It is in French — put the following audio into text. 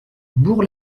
bourg